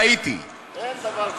אין דבר כזה.